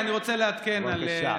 אני רוצה לעדכן על, בבקשה.